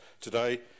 today